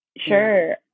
sure